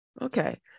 Okay